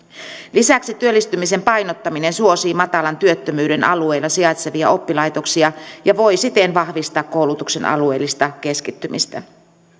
lisäksi työllistymisen painottaminen suosii matalan työttömyyden alueella sijaitsevia oppilaitoksia ja voi siten vahvistaa koulutuksen alueellista keskittymistä